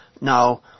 No